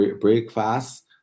breakfast